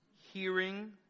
hearing